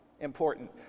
important